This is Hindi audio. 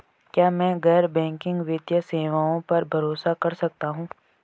क्या मैं गैर बैंकिंग वित्तीय सेवाओं पर भरोसा कर सकता हूं?